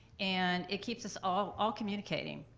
and it keeps us all all communicating.